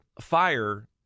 fire